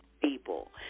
people